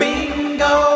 Bingo